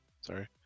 sorry